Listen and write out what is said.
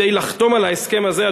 כדי לחתום על ההסכם הזה,